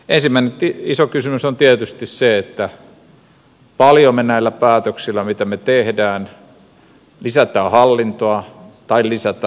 ensimmäinen iso kysymys on tietysti se paljonko me näillä päätöksillä mitä me teemme lisäämme hallintoa tai lisäämme palvelua